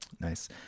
Nice